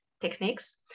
techniques